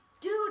dude